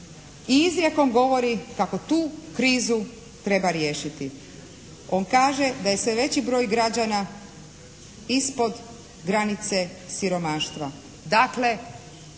i izrijekom govori kako tu krizu treba riješiti. On kaže da je sve veći broj građana ispod granice siromaštva.